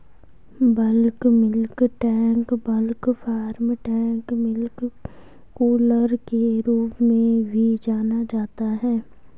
bulk milk tank bulk farm tank milk cooler के रूप में भी जाना जाता है,